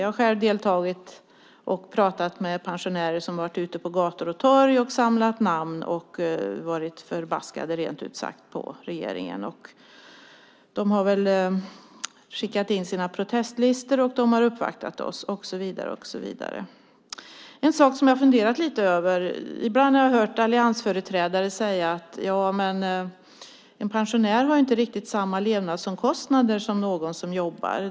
Jag har själv pratat med pensionärer som har varit ute på gator och torg och samlat namn och varit förbaskade, rent ut sagt, på regeringen. De har väl skickat in sina protestlistor. De har uppvaktat oss och så vidare. Det finns en sak som jag har funderat lite över. Ibland har jag hört alliansföreträdare säga att en pensionär inte har riktigt samma levnadsomkostnader som någon som jobbar.